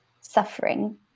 suffering